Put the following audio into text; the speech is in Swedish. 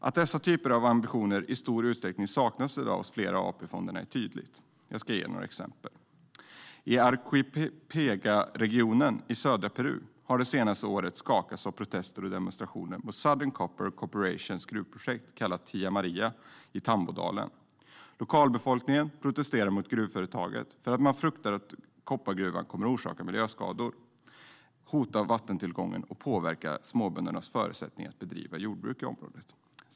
Att dessa typer av ambitioner i stor utsträckning saknas i dag hos flera av AP-fonderna är tydligt. Jag ska ge några exempel. Arequiparegionen i södra Peru har det senaste året skakats av protester och demonstrationer mot Southern Copper Corporations gruvprojekt, kallat Tia Maria, i Tamdodalen. Lokalbefolkningen protesterar mot gruvföretaget för att man fruktar att koppargruvan kommer att orsaka miljöskador, hota vattentillgången och påverka småböndernas förutsättningar att bedriva jordbruk i området.